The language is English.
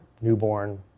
newborn